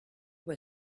were